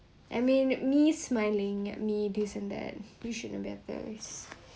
I mean me smiling at me this and that you should have the better